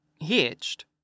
hitched